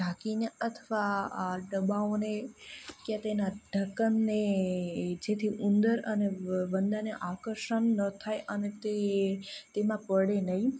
ઢાંકીને અથવા દબાવોને કે તેના ઢક્કનને જેથી ઉંદર અને વંદાને આકર્ષણ ન થાય અને તે તેમાં પડે નહીં